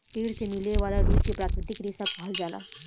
पेड़ से मिले वाला रुई के प्राकृतिक रेशा कहल जाला